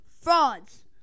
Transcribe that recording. frauds